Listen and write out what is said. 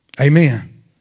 Amen